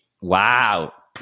Wow